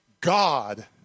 God